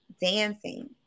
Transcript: dancing